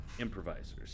improvisers